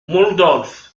mulhdorf